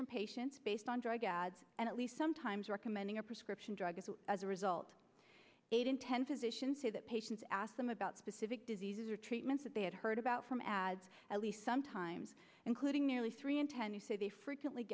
from patients based on drug ads and at least sometimes recommending a prescription drug as a result eight in ten physicians say that patients ask them about specific diseases or treatments that they had heard about from ads at least sometimes including nearly three in ten you say they frequently